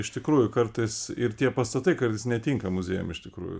iš tikrųjų kartais ir tie pastatai kartais netinka muziejam iš tikrųjų